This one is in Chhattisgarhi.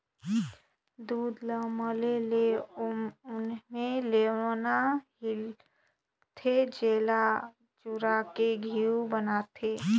दूद ल मले ले ओम्हे लेवना हिकलथे, जेला चुरायके घींव बनाथे